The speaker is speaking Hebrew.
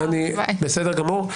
בסדר גמור.